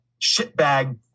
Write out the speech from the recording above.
shitbag